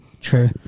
True